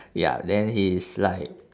ya then he's like